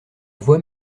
voix